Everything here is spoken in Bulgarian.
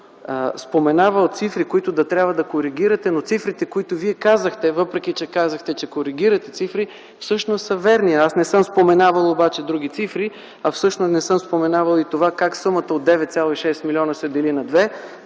споменавал цифри, които да трябва да коригирате, но цифрите, които Вие казахте, въпреки че казахте, че „коригирате цифри”, всъщност са верни. Аз не съм споменавал обаче други цифри, а всъщност не съм споменавал и това как сумата от 9,6 милиона се дели на